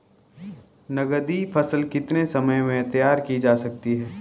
नगदी फसल कितने समय में तैयार की जा सकती है?